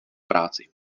práci